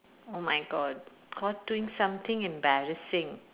oh my god caught doing something embarrassing